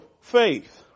faith